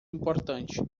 importante